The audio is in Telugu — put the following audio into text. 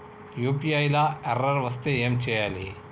యూ.పీ.ఐ లా ఎర్రర్ వస్తే ఏం చేయాలి?